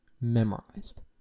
memorized